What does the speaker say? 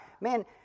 man